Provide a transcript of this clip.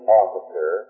officer